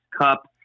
Cup